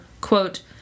quote